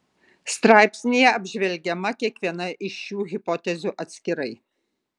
straipsnyje apžvelgiama kiekviena iš šių hipotezių atskirai